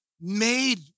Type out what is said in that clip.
made